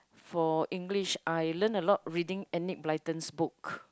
for English I learned a lot reading Enid-Blyton's book